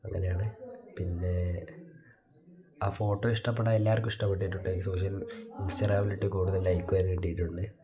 അങ്ങനെയാണ് പിന്നെ ആ ഫോട്ടോ ഇഷ്ടപ്പെട്ട എല്ലാവർക്കും ഇഷ്ടപ്പെട്ടിട്ടുണ്ട് ഈ സോഷ്യൽ ഇൻസ്റ്റാഗ്രാമിലിട്ട് കൂടുതൽ ലൈക്കും അതിന് കിട്ടിയിട്ടുണ്ട്